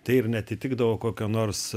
tai ir neatitikdavo kokio nors